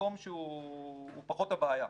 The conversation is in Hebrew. למקום שהוא פחות הבעיה.